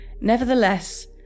Nevertheless